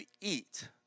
eat